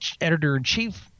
editor-in-chief